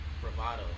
bravado